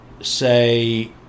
say